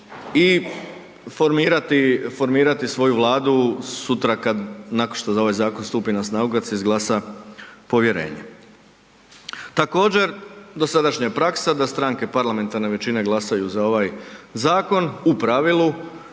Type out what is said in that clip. formirati svoju vladu sutra kad, nakon što ovaj zakon stupi na snagu, kad se izglasa povjerenje. Također dosadašnja je praksa da stranke parlamentarne većine glasaju za ovaj zakon u pravilu,